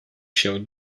się